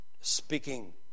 speaking